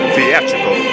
Theatrical